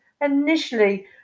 initially